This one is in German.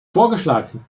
vorgeschlagen